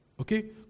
Okay